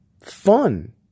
fun